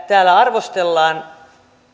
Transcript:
täällä arvostellaan